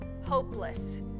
hopeless